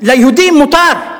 ליהודים מותר.